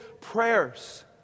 prayers